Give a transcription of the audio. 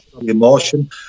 emotion